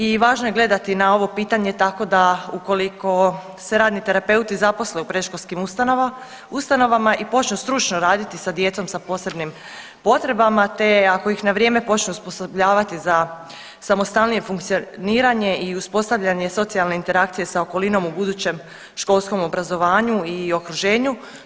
I važno je gledati na ovo pitanje tako da ukoliko se radni terapeuti zaposle u predškolskim ustanovama i počnu stručno raditi sa djecom sa posebnim potrebama te ako ih na vrije počnu osposobljavati za samostalnije funkcioniranje i uspostavljanje socijalne interakcije sa okolinom u budućem školskom obrazovanju i okruženju.